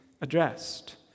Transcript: addressed